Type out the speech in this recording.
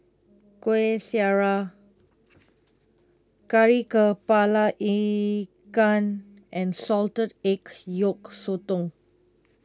Kueh Syara Kari Kepala Ikan and Salted Egg Yolk Sotong